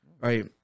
right